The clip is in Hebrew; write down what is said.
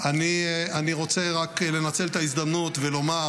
אני רק רוצה לנצל את ההזדמנות ולומר